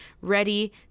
ready